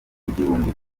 igihumbi